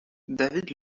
david